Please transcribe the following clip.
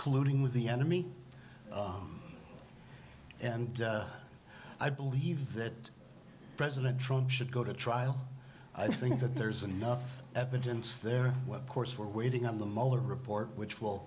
colluding with the enemy and i believe that president trump should go to trial i think that there's enough evidence there what course we're waiting on the motor report which will